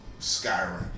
Skyrim